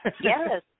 Yes